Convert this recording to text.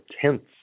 tenths